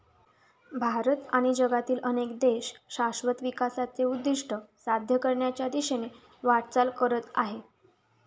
भारत आणि जगातील अनेक देश शाश्वत विकासाचे उद्दिष्ट साध्य करण्याच्या दिशेने वाटचाल करत आहेत